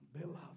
beloved